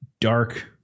dark